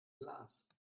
glas